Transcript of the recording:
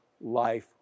life